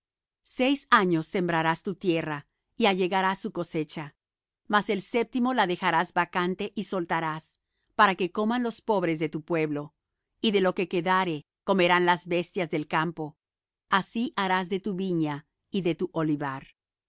seis años sembrarás tu tierra y allegarás su cosecha mas el séptimo la dejarás vacante y soltarás para que coman los pobres de tu pueblo y de lo que quedare comerán las bestias del campo así harás de tu viña y de tu olivar